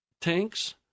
tanks